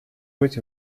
быть